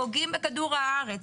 פוגעים בכדור הארץ.